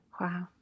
wow